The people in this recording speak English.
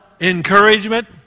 encouragement